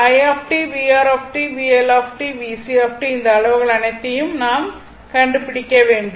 i t vR t VL t VC t இந்த அளவுகள் அனைத்தையும் நாம் கண்டுபிடிக்க வேண்டும்